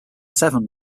seven